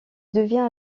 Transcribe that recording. devient